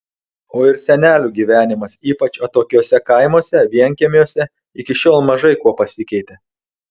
o ir senelių gyvenimas ypač atokiuose kaimuose vienkiemiuose iki šiol mažai kuo pasikeitė